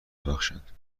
ببخشند